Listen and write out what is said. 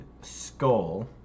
skull